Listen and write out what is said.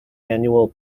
annual